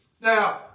Now